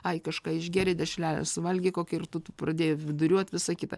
ai kažką išgėrei dešrelę suvalgei kokią ir tu tu pradėjai viduriuot visa kita